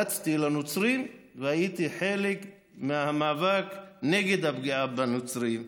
רצתי לנוצרים והייתי חלק מהמאבק נגד הפגיעה בנוצרים.